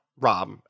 Rob